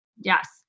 Yes